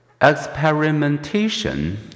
Experimentation